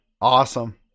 Awesome